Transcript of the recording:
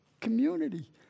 community